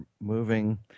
moving